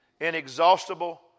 inexhaustible